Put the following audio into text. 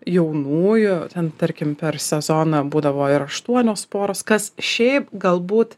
jaunųjų ten tarkim per sezoną būdavo ir aštuonios poros kas šiaip galbūt